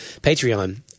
Patreon